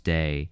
Day